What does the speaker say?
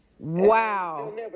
Wow